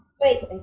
Wait